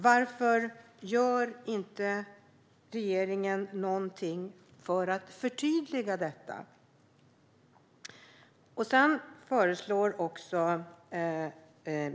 Varför gör inte regeringen någonting för att förtydliga?